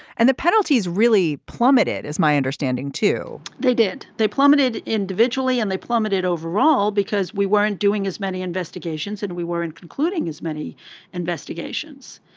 and the penalties really plummeted as my understanding too they did they plummeted individually and they plummeted overall because we weren't doing as many investigations and we weren't concluding as many investigations.